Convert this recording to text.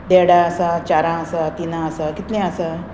देडा आसा चारां आसा तिनां आसा कितल्यां आसा